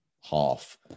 Half